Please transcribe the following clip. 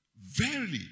verily